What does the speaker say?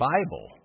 Bible